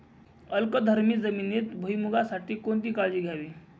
अल्कधर्मी जमिनीत भुईमूगासाठी कोणती काळजी घ्यावी?